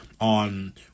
on